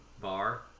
bar